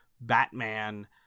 Batman